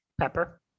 Pepper